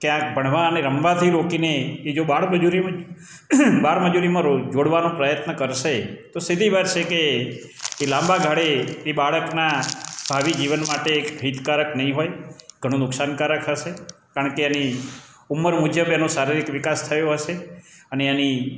ક્યાંક ભણવા અને રમવાથી રોકીને એ જો બાળમજૂરી બાળમજૂરીમાં રો જોડવાનું પ્રયત્ન કરશે તો સીધી વાત છેકે એ લાંબા ગાળે એ બાળકનાં ભાવિ જીવન માટે એક હિતકારક નહીં હોય ઘણું નુકસાનકારક હશે કારણ કે એની ઉંમર મુજબ એનો શારીરિક વિકાસ થયો હશે અને એની